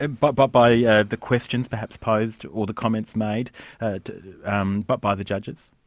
and but but by yeah the questions perhaps posed, or the comments made and um but by the judges?